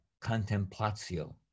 contemplatio